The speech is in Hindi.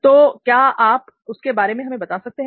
तो क्या आप उसके बारे में हमें बता सकते हैं